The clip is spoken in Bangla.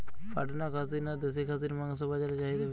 পাটনা খাসি না দেশী খাসির মাংস বাজারে চাহিদা বেশি?